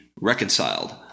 reconciled